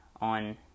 on